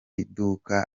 iduka